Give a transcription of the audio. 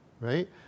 right